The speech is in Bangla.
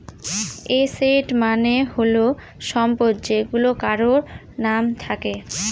এসেট মানে হল সম্পদ যেইগুলা কারোর নাম থাকে